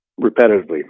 repetitively